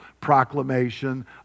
proclamation